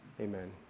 Amen